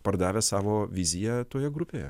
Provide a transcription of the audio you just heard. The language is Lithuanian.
pardavęs savo viziją toje grupėje